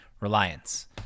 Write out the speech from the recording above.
Reliance